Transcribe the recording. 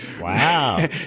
wow